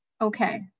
Okay